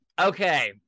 Okay